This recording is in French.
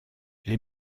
les